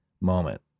moment